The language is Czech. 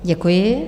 Děkuji.